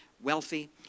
wealthy